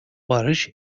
barış